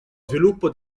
sviluppo